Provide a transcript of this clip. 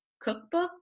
cookbook